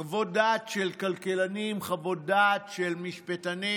חוות דעת של כלכלנים, חוות דעת של משפטנים.